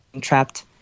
trapped